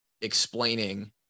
explaining